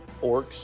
orcs